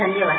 धन्यवाद